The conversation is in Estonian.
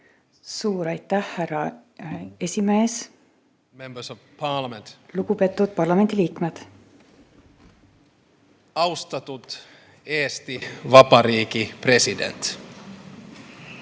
Suur tänu, härra esimees! Lugupeetud parlamendiliikmed! Austatud Eesti Vabariigi president!